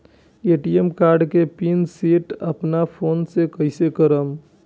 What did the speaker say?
ATM card के PIN set अपना phone से कइसे करेम?